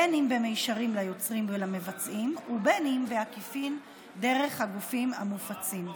בין במישרין ליוצרים ולמבצעים ובין בעקיפין דרך הגופים המופצים.